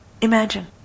Imagine